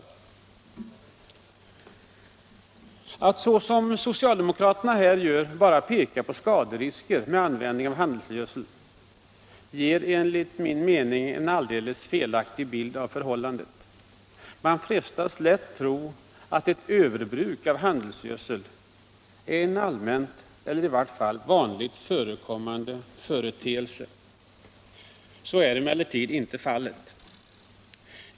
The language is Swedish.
Att såsom socialdemokraterna här gör bara peka på skaderiskerna med användande av handelsgödsel ger enligt min mening en alldeles felaktig bild av förhållandena. Man frestas lätt tro att ett överbruk av handelsgödsel är en allmänt eller mycket vanligt förekommande företeelse. Så är emellertid inte fallet.